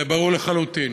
ברור לחלוטין.